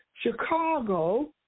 Chicago